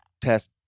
test